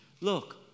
Look